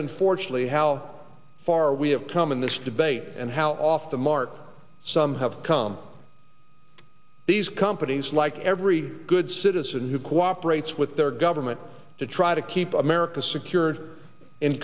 unfortunately how far we have come in this and how off the mark some have come to these companies like every good citizen who cooperates with their government to try to keep america secure and in